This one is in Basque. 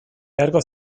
beharko